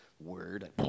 word